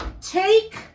Take